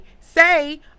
say